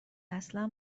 اصلا